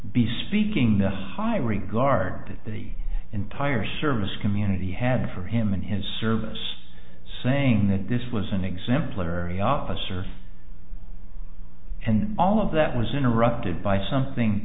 be speaking the high regard that the entire service community had for him and his service saying that this was an exemplary officer and all of that was interrupted by something